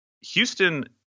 Houston